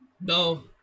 No